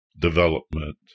development